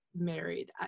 married